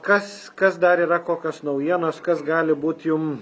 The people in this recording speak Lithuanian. kas kas dar yra kokios naujienos kas gali būt jum